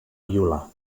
violar